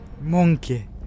Monkey